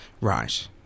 Right